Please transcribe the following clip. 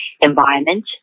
environment